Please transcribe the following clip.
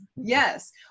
Yes